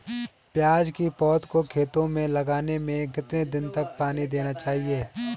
प्याज़ की पौध को खेतों में लगाने में कितने दिन तक पानी देना चाहिए?